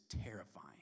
terrifying